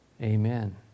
Amen